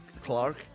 Clark